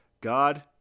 God